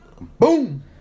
boom